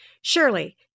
Surely